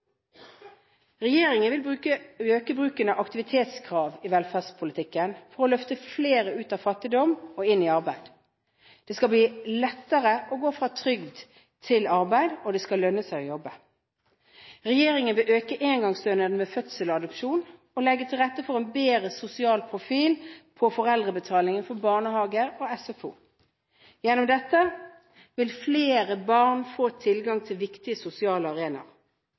Regjeringen vil øke bruken av aktivitetskrav i velferdspolitikken for å løfte flere ut av fattigdom og inn i arbeid. Det skal bli lettere å gå fra trygd til arbeid, og det skal lønne seg å jobbe. Regjeringen vil øke engangsstønaden ved fødsel og adopsjon og legge til rette for en bedre sosial profil på foreldrebetalingen for barnehage og SFO. Gjennom dette vil flere barn få tilgang til viktige sosiale arenaer.